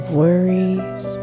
worries